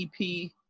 ep